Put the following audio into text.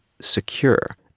secure